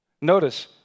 Notice